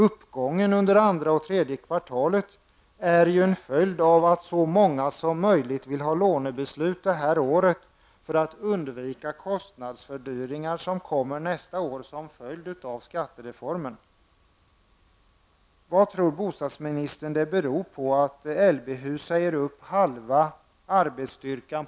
Uppgången under andra och tredje kvartalen är ju en följd av att så många som möjligt vill ha ett lånebeslut det här året för att undvika de kostnadsfördyringar som kommer nästa år till följd av skattereformen. anställda vid sin husfabrik hemma i Hultsfred?